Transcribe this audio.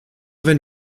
wenn